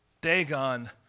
Dagon